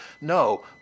No